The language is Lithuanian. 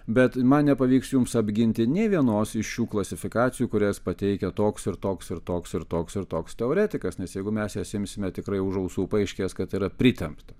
bet man nepavyks jums apginti nei vienos iš šių klasifikacijų kurias pateikia toks ir toks ir toks ir toks ir toks teoretikas nes jeigu mes jas imsime tikrai už ausų paaiškės kad yra pritempta